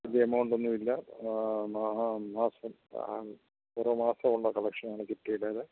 വലിയ എമൗണ്ടൊന്നുമില്ല മാസം ഓരോ മാസമുള്ള കളക്ഷനാണ് ചിട്ടിയുടേത്